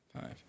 five